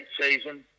season